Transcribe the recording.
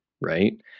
right